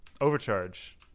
Overcharge